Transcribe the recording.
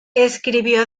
escribió